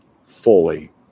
fully